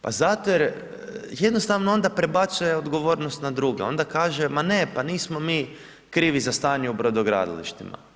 Pa zato jer jednostavno onda prebacuje odgovornost na druge, onda kaže, ma ne, pa nismo mi krivi za stanje u brodogradilištima.